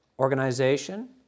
organization